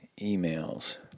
emails